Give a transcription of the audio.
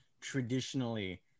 traditionally